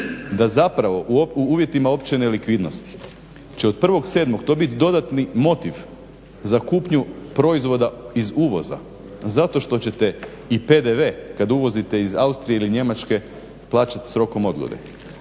da zapravo u uvjetima opće nelikvidnosti će od 1.07. to biti dodatni motiv za kupnju proizvoda iz uvoza zato što ćete i PDV kad uvozite iz Austrije ili Njemačke plaćati s rokom odgode?